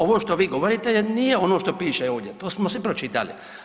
Ovo što vi govorite nije ono što piše ovdje, to smo svi pročitali.